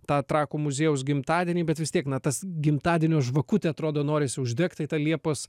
tą trakų muziejaus gimtadienį bet vis tiek na tas gimtadienio žvakutę atrodo norisi uždegt tai ta liepos